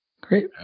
Great